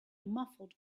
muffled